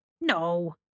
No